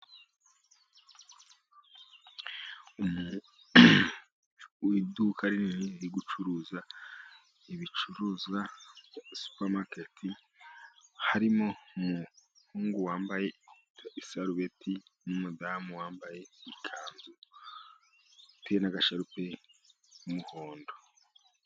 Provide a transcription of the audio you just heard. Mu iduka rinini riri gucuruza ibicuruzwa supamaketi, harimo umuhungu wambaye isarubeti , n'umudamu wambaye ikanzu witeye n'agasharupe k'umuhondo.